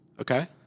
Okay